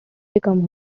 become